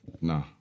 Nah